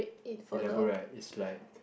elaborate it's like